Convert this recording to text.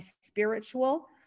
spiritual